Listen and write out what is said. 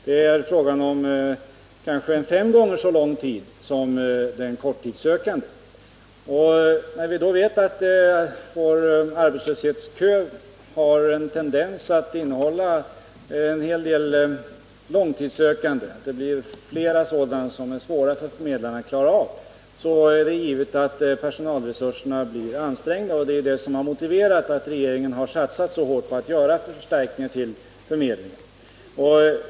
Den långtidssökande kräver kanske fem gånger — vitet vid arbetsförså mycket av arbetsförmedlingen. medlingarna ; Vi vet att vår arbetslöshetskö tenderar att omfatta allt fler långtidssökande, som är svåra för förmedlarna att klara av. Det är i ett sådant läge givet att personalresurserna blir ansträngda. Detta förhållande har motiverat att regeringen så hårt satsat på förstärkningar till förmedlingarna.